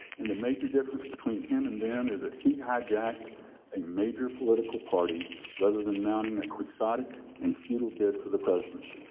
and the major difference between him and them is that he hijacked a major political party rather than mounting a quixotic and futile bid for the presidency.